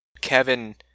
Kevin